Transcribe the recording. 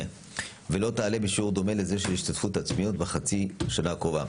ולא תעלה בשיעור דומה לזה של ההשתתפות העצמית בחצי השנה הקרובה.